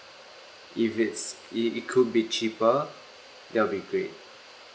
if it's it it could be cheaper that will be great